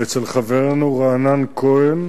אצל חברנו רענן כהן,